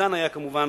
היה אפשר כמובן